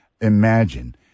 imagine